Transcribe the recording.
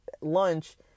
lunch